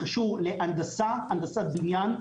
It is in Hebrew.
זה קשור להנדסת בניין,